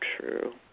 true